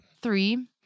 Three